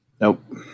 Nope